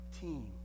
team